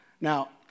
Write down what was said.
Now